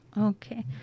Okay